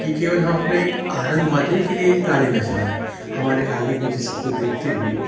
कि केवल हम अपने आनंद मजे के लिए गाड़ी ना चलाए हमारे आगे पीछे सबको देखते हुए